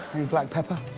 black pepper?